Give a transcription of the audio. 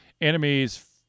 enemies